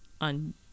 on